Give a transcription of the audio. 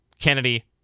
Kennedy